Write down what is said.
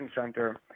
Center